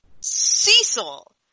Cecil